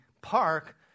park